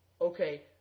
okay